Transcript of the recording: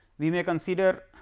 we may consider